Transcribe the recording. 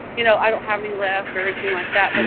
you know, i don't have any left or anything like that.